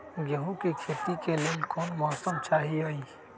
गेंहू के खेती के लेल कोन मौसम चाही अई?